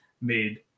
made